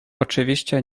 oczywiście